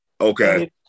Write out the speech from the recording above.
Okay